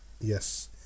Yes